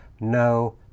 No